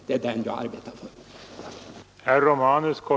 Det är detta jag arbetar för.